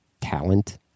talent